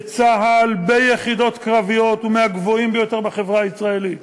בצה"ל ביחידות קרביות הוא מהגבוהים ביותר בחברה הישראלית,